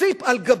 פרינציפ על גבי.